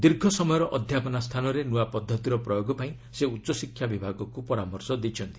ଦୀର୍ଘ ସମୟର ଅଧ୍ୟାପନା ସ୍ଥାନରେ ନୂଆ ପଦ୍ଧତିର ପ୍ରୟୋଗ ପାଇଁ ସେ ଉଚ୍ଚଶିକ୍ଷା ବିଭାଗକୁ ପରାମର୍ଶ ଦେଇଛନ୍ତି